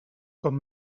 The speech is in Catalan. com